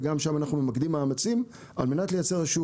וגם שם אנחנו ממקדים מאמצים על מנת לייצר איזושהי